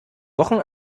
wochen